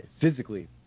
Physically